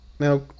Now